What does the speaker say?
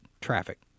traffic